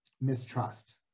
mistrust